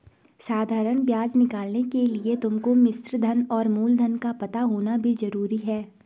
साधारण ब्याज निकालने के लिए तुमको मिश्रधन और मूलधन का पता होना भी जरूरी है